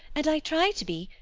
and i try to be,